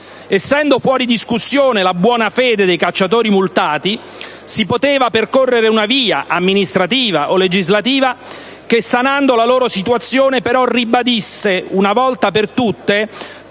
Essendo fuori discussione la buona fede dei cacciatori multati, si poteva percorrere una via, amministrativa o legislativa, che, sanando la loro situazione, ribadisse però una volta per tutte